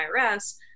IRS